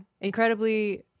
incredibly